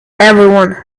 everyone